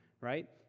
right